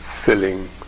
filling